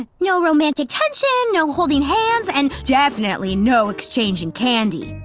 no romantic tension, no holding hands, and definitely no exchanging candy.